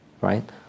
right